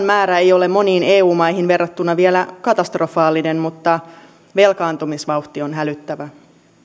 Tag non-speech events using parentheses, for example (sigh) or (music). (unintelligible) määrä ei ole moniin eu maihin verrattuna vielä katastrofaalinen mutta velkaantumisvauhti on hälyttävä